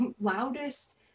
loudest